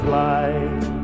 life